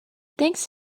thanks